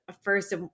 first